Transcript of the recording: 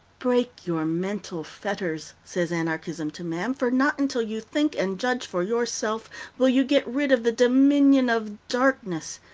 break your mental fetters, says anarchism to man, for not until you think and judge for yourself will you get rid of the dominion of darkness,